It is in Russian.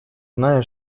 зная